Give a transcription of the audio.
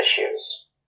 issues